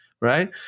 Right